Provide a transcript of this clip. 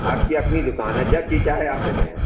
آپ كی اپنی دُكان ہے جب جی چاہے آپ چلے آئیں